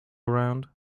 around